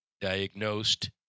diagnosed